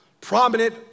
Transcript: Prominent